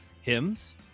hymns